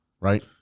right